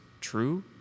true